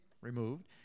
removed